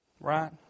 Right